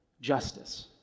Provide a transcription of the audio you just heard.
justice